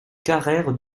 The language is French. carrère